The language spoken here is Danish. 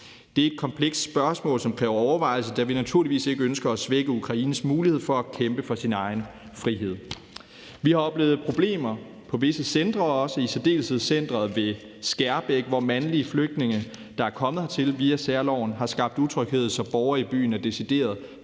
Det er et komplekst spørgsmål, som kræver overvejelse, da vi naturligvis ikke ønsker at svække Ukraines mulighed for at kæmpe for sin egen frihed. Vi har også oplevet problemer på visse centre, i særdeleshed centeret ved Skærbæk, hvor mandlige flygtninge, der er kommet hertil via særloven, har skabt utryghed, så borgere i byen er decideret